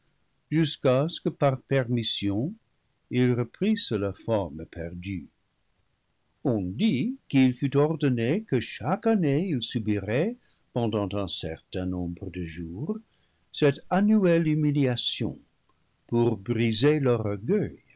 jusqu'à ce que par permission ils reprissent leur forme perdue on dit qu'il fut ordonné que chaque année ils subiraient pendant un certain nombre de jours cette annuelle humiliation pour briser leur